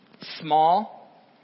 Small